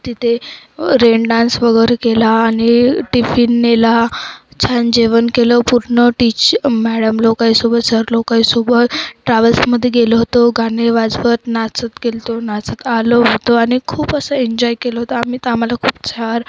तिथे rain dance वगैरे केला आणि टिफिन नेला छान जेवण केलं पूर्ण टीच मॅडम लोकांसोबत सर लोकांसोबत ट्रॅव्हल्समध्ये गेलो होतो गाणे वाजवत नाचत गेलो होतो नाचत आलो होतो आणि खूप असं एन्जॉय केलं होतं आम्ही तर आम्हाला खूप छान